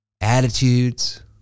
attitudes